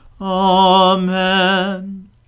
Amen